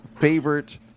favorite